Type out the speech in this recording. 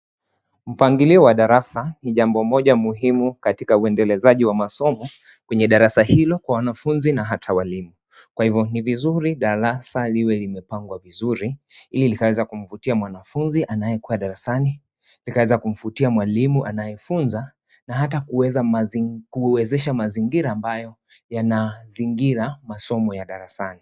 Mpangilio wa darasa ni jambo moja muhimu katika uendezaji wa masomo kwenye darasa hilo kwa wanafunzi na hata walimu , kwa hivo ni vizuri darasa liwe limepangwa vizuri ili likaweza kumvutia mwanafunzi anayekuwa darasani likaweza kumvutia mwalimu anayefunza na hata kuweza mazingira kuwezesha mazingira ambayo yanazingira masomo ya darasani.